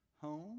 home